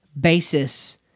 basis